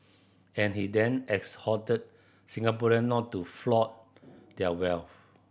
and he then exhorted Singaporean not to flaunt their wealth